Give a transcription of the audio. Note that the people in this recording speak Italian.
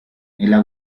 nella